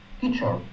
Teacher